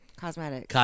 cosmetics